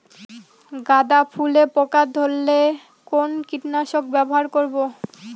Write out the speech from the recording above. গাদা ফুলে পোকা ধরলে কোন কীটনাশক ব্যবহার করব?